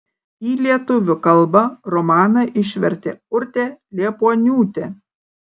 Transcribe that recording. į lietuvių kalbą romaną išvertė urtė liepuoniūtė